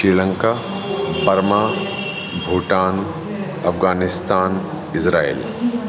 Sri Lanka Burma Bhutan Afghanistan Israel